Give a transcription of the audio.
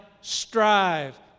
strive